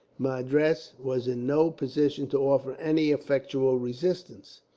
madras was in no position to offer any effectual resistance.